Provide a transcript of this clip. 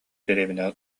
дэриэбинэҕэ